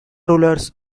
rulers